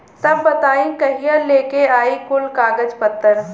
तब बताई कहिया लेके आई कुल कागज पतर?